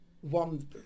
One